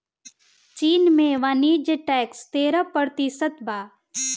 चीन में वाणिज्य टैक्स तेरह प्रतिशत बा